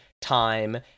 time